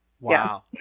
Wow